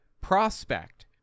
prospect